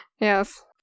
Yes